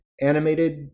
animated